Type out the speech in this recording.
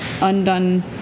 undone